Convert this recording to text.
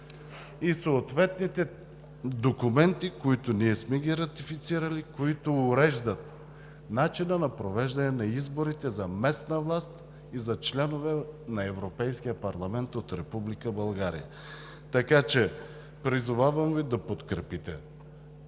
и съответните документи, които сме ратифицирали и уреждат начина на провеждане на изборите за местна власт и за членове на Европейския парламент от Република България. Така че Ви призовавам да подкрепите